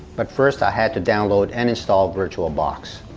but first, i had to download and install virtualbox.